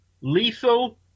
lethal